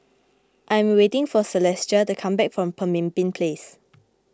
I am waiting for Celestia to come back from Pemimpin Place